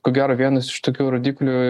ko gero vienas iš tokių rodiklių